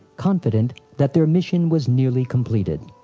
confident that their mission was nearly completed.